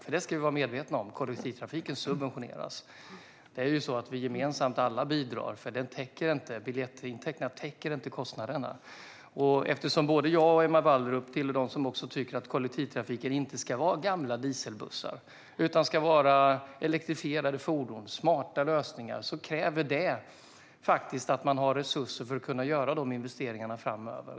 Vi ska vara medvetna om att kollektivtrafiken subventioneras. Vi bidrar alla gemensamt, för biljettintäkterna täcker inte kostnaderna. Både jag och Emma Wallrup tillhör dem som tycker att kollektivtrafiken inte ska ha gamla dieselbussar utan elektrifierade fordon och smarta lösningar, men detta kräver att man har resurser för att kunna göra dessa investeringar framöver.